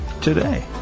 today